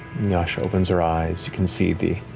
yasha opens her eyes, you can see the